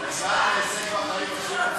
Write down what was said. כי רחמנא ליצלן,